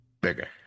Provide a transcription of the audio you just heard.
bigger